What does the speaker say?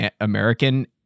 American